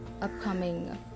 upcoming